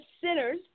sinners